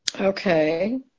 Okay